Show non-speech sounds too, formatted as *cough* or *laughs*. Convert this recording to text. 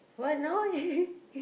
what no *laughs*